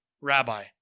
Rabbi